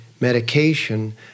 medication